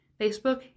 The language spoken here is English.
Facebook